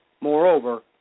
Moreover